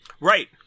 Right